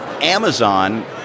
Amazon